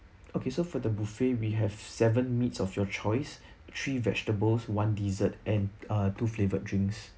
okay so for the buffet we have seven meats of your choice three vegetables one dessert and uh two flavoured drinks